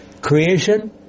creation